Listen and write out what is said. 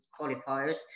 qualifiers